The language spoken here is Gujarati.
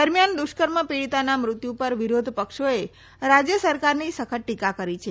દરમિયાન દુષ્કર્મ પીડીતાના મૃત્યુ પર વિરોધ પક્ષોએ રાજય સરકારની સખત ટીકા કરી છે